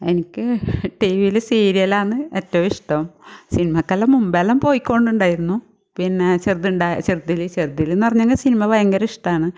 എനിക്ക് ടിവിയിൽ സീരിയലാണ് ഏറ്റവും ഇഷ്ടം സിനിമക്കെല്ലാം മുമ്പെല്ലാം പൊയ്ക്കോണ്ടുണ്ടായിരുന്നു പിന്നെ ചെറുതുണ്ടാ ചെറുതിൽ ചെറുതിലെന്ന് പറഞ്ഞെങ്കിൽ സിനിമ ഭയങ്കര ഇഷ്ടമാണ്